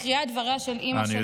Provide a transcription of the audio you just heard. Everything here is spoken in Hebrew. אני מקריאה את דבריה של אימא שבתה,